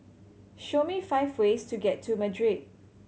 show me five ways to get to Madrid